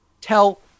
tell